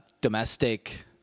domestic